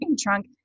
trunk